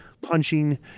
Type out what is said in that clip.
punching